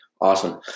Awesome